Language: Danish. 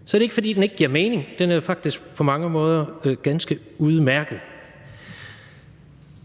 er det ikke, fordi den ikke giver mening – den er jo faktisk på mange måder ganske udmærket.